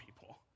people